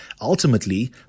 ultimately